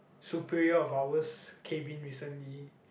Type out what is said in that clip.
superior of ours came in recently